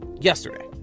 yesterday